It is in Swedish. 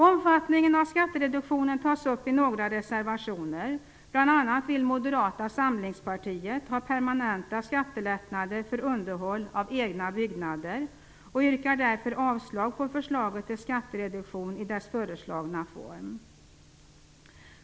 Omfattningen av skattereduktionen tas upp i några reservationer. Bl.a. vill Moderata samlingspartiet ha permanenta skattelättnader för underhåll av egna byggnader och yrkar därför avslag på förslaget till skattereduktion i dess föreslagna form.